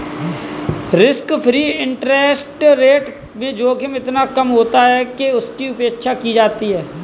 risk free interest rate में जोखिम इतना कम होता है कि उसकी उपेक्षा की जाती है